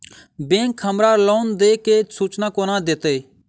Bank हमरा loan देय केँ सूचना कोना देतय?